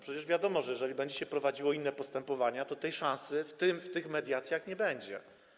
Przecież wiadomo, że jeżeli będzie się prowadziło inne postępowania, to tej szansy w mediacjach nie będzie.